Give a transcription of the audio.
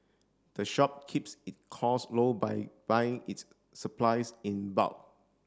the shop keeps it cost low by buying its supplies in bulk